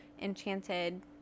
Enchanted